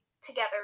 together